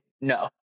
No